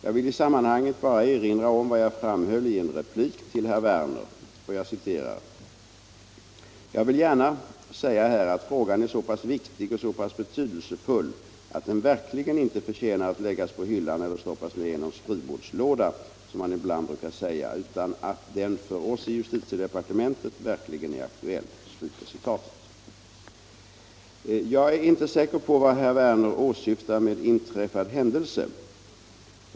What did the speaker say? Jag vill i sammanhanget bara erinra om vad jag framhöll i en replik till herr Wer ner. ”Jag vill gärna säga här att frågan är så pass viktig och så pass betydelsefull att den verkligen inte förtjänar att läggas på hyllan eller stoppas ned i någon skrivbordslåda, som man ibland brukar säga, utan att den för oss i justitiedepartementet verkligen är aktuell.” Jag är inte säker på vad herr Werner åsyftar med inträffad händelse.